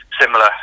similar